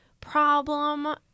problem